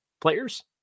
players